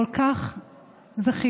כל כך זכינו.